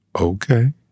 okay